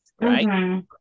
right